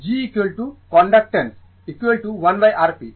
G conductance 1Rp